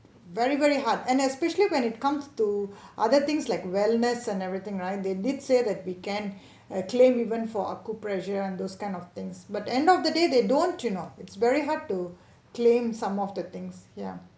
very very hard and especially when it comes to other things like wellness and everything right they did say that we can ah claim even for acupressure and those kind of things but end of the day they don't you know it's very hard to claim some of the things ya